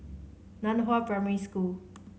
Nan Hua Primary School